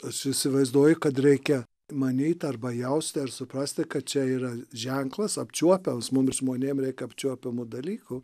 aš įsivaizduoju kad reikia manyt arba jausti ar suprasti kad čia yra ženklas apčiuopiamas mums žmonėm reik apčiuopiamų dalykų